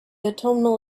autumnal